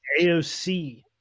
AOC